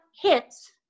hits